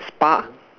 spa